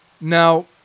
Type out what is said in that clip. Now